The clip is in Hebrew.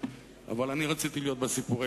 בסיבוב הקודם.